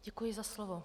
Děkuji za slovo.